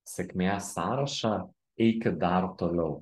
sėkmės sąrašą eikit dar toliau